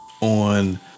on